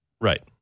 Right